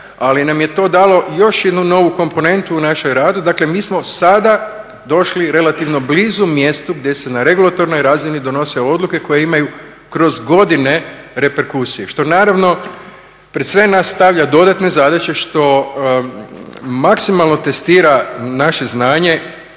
ali nam je to dalo još jednu novu komponentu u našem radu. Dakle mi smo sada došli relativno blizu mjestu gdje se na regulatornoj razini donose odluke koje imaju kroz godine reperkusije, što naravno pred sve nas stavlja dodatne zadaće što maksimalno testira naše znanje